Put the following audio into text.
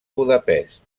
budapest